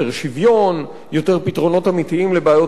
יותר פתרונות אמיתיים לבעיות אמיתיות של בני-אדם.